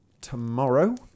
tomorrow